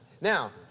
Now